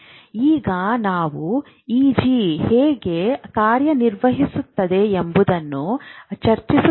ಈಗ ನಾವು ಇಜಿ ಹೇಗೆ ಕಾರ್ಯನಿರ್ವಹಿಸುತ್ತದೆ ಎಂಬುದನ್ನು ಚರ್ಚಿಸುತ್ತೇವೆ